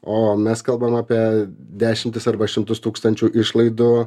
o mes kalbam apie dešimtis arba šimtus tūkstančių išlaidų